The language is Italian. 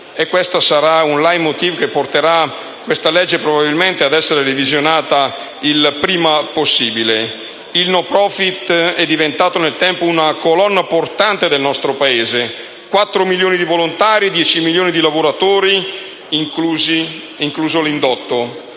Questo sarà il *leitmotiv* che porterà questa legge ad essere revisionata molto presto. Il *no profit* è diventato nel tempo una colonna portante nel nostro Paese: 4 milioni di volontari e 10 milioni di lavoratori (incluso l'indotto)